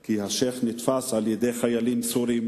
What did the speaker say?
כי השיח' נתפס על-ידי חיילים סורים